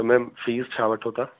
त ma'am fees छा वठो था